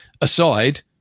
aside